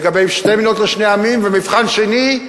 לגבי שתי מדינות לשני עמים, ומבחן שני,